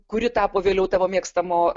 kuri tapo vėliau tavo mėgstamo